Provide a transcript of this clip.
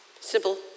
simple